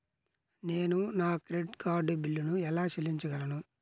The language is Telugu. నేను నా క్రెడిట్ కార్డ్ బిల్లును ఎలా చెల్లించగలను?